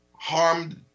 harmed